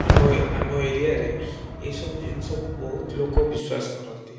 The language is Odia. ଆମ ଆମ ଏରିଆରେ ଏଇସବୁ ଜିନିଷକୁ ବହୁତ ଲୋକ ବିଶ୍ୱାସ କରନ୍ତି